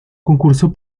concurso